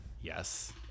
Yes